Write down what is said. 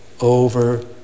over